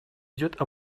идет